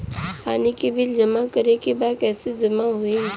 पानी के बिल जमा करे के बा कैसे जमा होई?